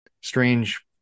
strange